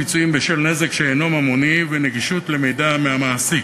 פיצויים בשל נזק שאינו ממוני ונגישות למידע מהמעסיק),